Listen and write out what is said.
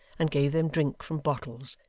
and gave them drink from bottles,